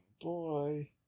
boy